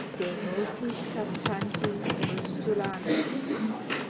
de multis captanti frustula mensis,